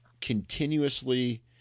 continuously